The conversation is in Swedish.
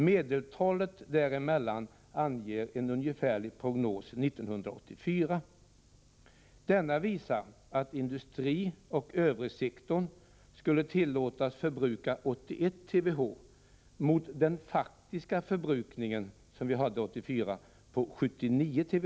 Medeltalet däremellan anger en ungefärlig prognos för 1984. TWh. Det kan jämföras med den faktiska förbrukningen 1984-79 TWh.